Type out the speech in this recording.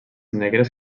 negres